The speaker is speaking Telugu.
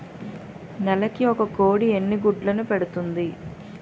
నెలకి ఒక కోడి ఎన్ని గుడ్లను పెడుతుంది?